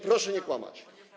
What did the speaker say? Proszę nie kłamać.